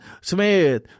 Smith